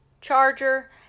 charger